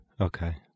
Okay